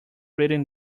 reading